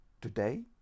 Today